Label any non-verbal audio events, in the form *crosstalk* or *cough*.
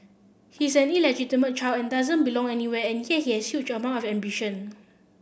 he's an illegitimate child and doesn't belong anywhere and yet he *unintelligible* amount ambition